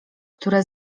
które